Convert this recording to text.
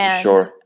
Sure